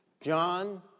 John